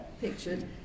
pictured